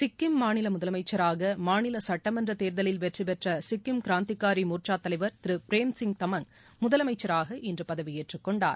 சிக்கிம் மாநில முதலமைச்சராக மாநில சட்டமன்ற தேர்தலலில் வெற்றி பெற்ற சிக்கிம் க்ராந்திகாரி மோர்ச்சா தலைவர் திரு பிரேம்சிங் தமங் முதரலமைச்சராக இன்று பதவியேற்றுக் கொண்டார்